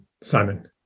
Simon